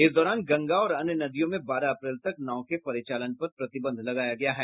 इस दौरान गंगा और अन्य नदियों में बारह अप्रैल तक नाव के परिचालन पर प्रतिबंध लगाया गया है